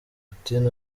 putin